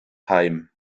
heim